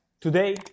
today